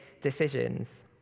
decisions